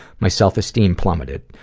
my self-esteem plummeted.